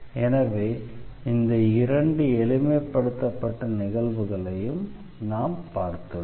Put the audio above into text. எனவே இந்த இரண்டு எளிமைப்படுத்தப்பட்ட நிகழ்வுகளையும் நாம் பார்த்துள்ளோம்